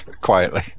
quietly